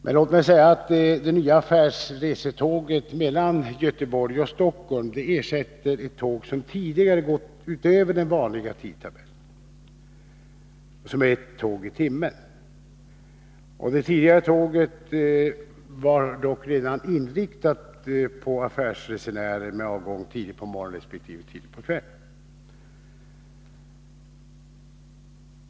Men låt mig säga att det nya affärsresetåget mellan Göteborg och Stockholm ersätter ett tåg som tidigare gått utöver den vanliga tidtabellen, vilken innebär ett tåg i timmen. Det tidigare tåget var redan inriktat på affärsresenärer med avgång tidigt på morgonen resp. tidigt på kvällen.